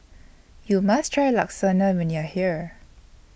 YOU must Try Lasagna when YOU Are here